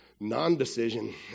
non-decision